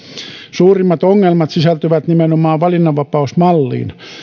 suurimmat ongelmat sisältyvät nimenomaan valinnanvapausmalliin